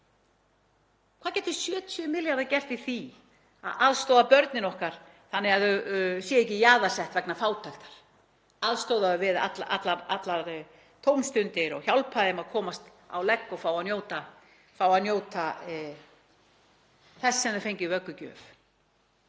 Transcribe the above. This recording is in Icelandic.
Hvað gætu 70 milljarðar gert í því að aðstoða börnin okkar þannig að þau séu ekki jaðarsett vegna fátæktar, aðstoða við allar tómstundir og hjálpa þeim að komast á legg og fá að njóta þess sem þau fengu í vöggugjöf?